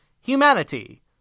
humanity